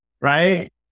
right